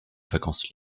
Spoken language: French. vacances